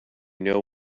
know